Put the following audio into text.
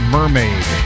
Mermaid